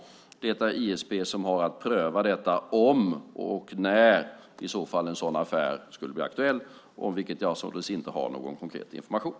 Det är ISP som har att pröva om och i så fall när en sådan affär skulle bli aktuell, om vilket jag således inte har någon konkret information.